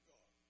God